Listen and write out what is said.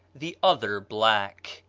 the other black.